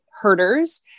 Herders